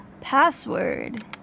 Password